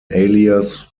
alias